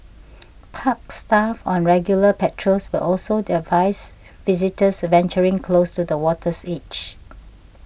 park staff on regular patrols will also advise visitors venturing close to the water's edge